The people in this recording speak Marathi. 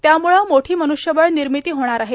त्याम्ळं मोठी मन्ष्यबळ निर्मिती होणार आहे